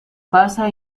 pasa